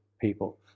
people